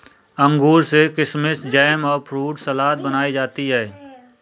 अंगूर से किशमिस जैम और फ्रूट सलाद बनाई जाती है